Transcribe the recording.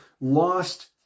lost